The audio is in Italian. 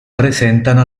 presentano